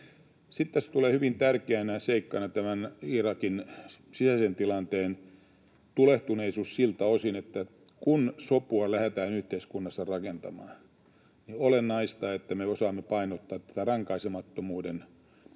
Sitten tässä tulee hyvin tärkeänä seikkana tämän Irakin sisäisen tilanteen tulehtuneisuus siltä osin, että kun sopua lähdetään yhteiskunnassa rakentamaan, niin on olennaista, että me osaamme painottaa tätä rankaisemattomuuden kulttuuria.